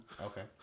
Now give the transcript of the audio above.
Okay